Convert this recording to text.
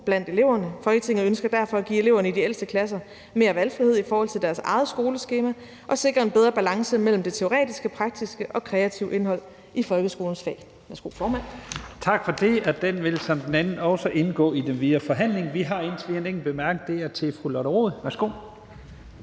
blandt eleverne. Folketinget ønsker derfor at give eleverne i de ældste klasser mere valgfrihed i forhold til deres eget skoleskema og at sikre en bedre balance mellem det teoretiske, praktiske og kreative indhold i folkeskolens fag.« (Forslag til vedtagelse nr. V 43). Kl. 13:33 Første næstformand (Leif Lahn Jensen): Tak for det, og det vil ligesom det andet også indgå i den videre forhandling. Vi har indtil videre en enkelt kort bemærkning. Det er til fru Lotte Rod. Værsgo.